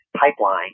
pipeline